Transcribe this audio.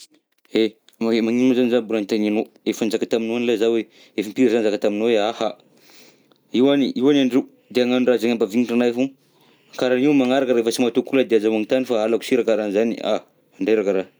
E magne- magnino moa zany mbola agnotanianao? Efa nizaka taminao zaho hoe efa impiry zaho nizaka taminao hoe aha, io any, io any andrô, nde hagnano raha izay hampavignitra anahy foana karaha io amy manaraka refa sy matoky olona de aza magnontany fa halako si raha karaha an'zany a, mandreraka raha.